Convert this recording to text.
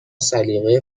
سلیقه